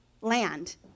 land